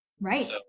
right